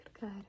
good